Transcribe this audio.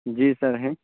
جی sir ہیں